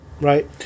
right